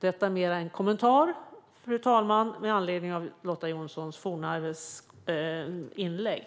Detta var mer en kommentar med anledning av Lotta Johnsson Fornarves inlägg.